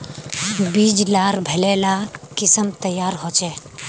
बीज लार भले ला किसम तैयार होछे